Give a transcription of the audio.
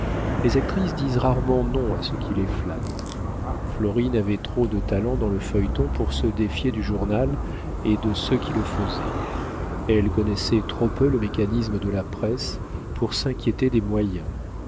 les actrices disent rarement non à ce qui les flatte florine avait trop de talent dans le feuilleton pour se défier du journal et de ceux qui le faisaient elle connaissait trop peu le mécanisme de la presse pour s'inquiéter des moyens